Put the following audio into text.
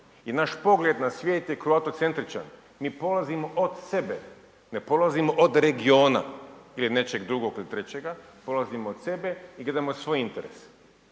I naš pogled na svijet je kroatocentričan, mi polazimo od sebe, ne polazimo od regiona ili od nečeg drugog ili trećega, polazimo od sebe i gledamo svoje interese.